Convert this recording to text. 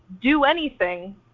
do-anything